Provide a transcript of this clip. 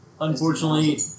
unfortunately